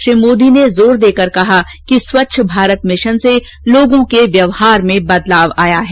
श्री मोदी ने जोर देकर कहा कि स्वच्छ भारत मिशन से लोगों के व्यवहार में बदलाव आया है